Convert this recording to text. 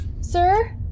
Sir